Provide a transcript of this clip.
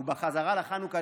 ובחזרה לחנוכה,